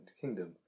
kingdom